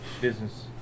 business